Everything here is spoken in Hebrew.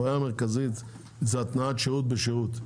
הבעיה המרכזית זה התניית שירות בשירות.